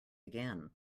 again